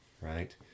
right